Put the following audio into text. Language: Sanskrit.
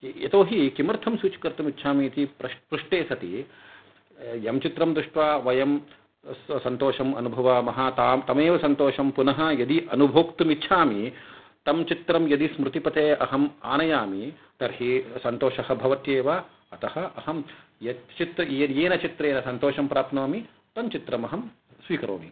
य यतोहि किमर्थं स्विच् कर्तुम् इच्छामि इति पृष्टे सति यं चित्रं दृष्ट्वा वयं सन्तोषम् अनुभवामः तं तमेव सन्तोषं पुनः यदी अनुभोक्तुम् इच्छामि तं चित्रं यदि स्मृतिपथे अहम् आनयामि तर्हि सन्तोषः भवत्येव अतः अहं यत् चित् येन चित्रेण सन्तोषं प्राप्नोमि तं चित्रम् अहं स्वीकरोमि